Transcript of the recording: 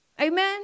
Amen